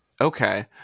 Okay